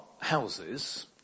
houses